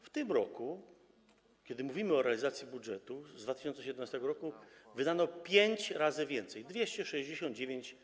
W tym roku, kiedy mówimy o realizacji budżetu z 2017 r., wydano pięć razy więcej - 269